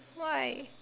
why